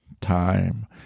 time